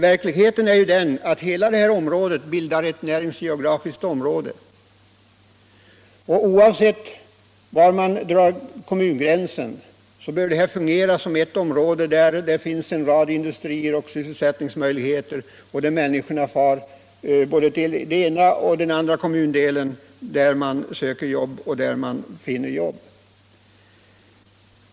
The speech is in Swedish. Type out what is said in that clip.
Verkligheten är den att hela detta område bildar ett näringsgeografiskt område. Oavsett var man drar kommungränsen bör detta fungera som ett område där det finns en rad industrier och sysselsättningsmöjligheter och där människorna kan fara både till den ena och den andra kommundelen för att söka och finna jobb.